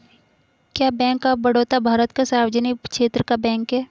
क्या bank of Baroda Bharat का सार्वजनिक क्षेत्र का बैंक है?